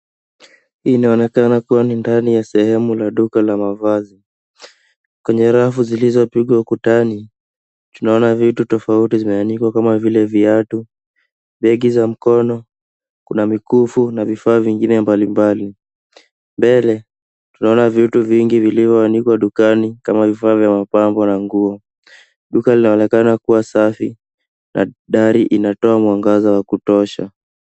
Hii inaonekana kuwa ni ndani ya sehemu la duka la mavazi. Kwenye rafu zilizopigwa ukutani tunaona vitu tofauti zimeanikwa kama vile viatu, begi za mkono, kuna mikufu na vifaa vingine mbalimbali. Mbele tunaona vitu vingi vilivyoanikwa ukutani kama vifaa vya mapambo na nguo. Duka linaonekana kuwa safi na dari inatoa mwangaza wa kutosha.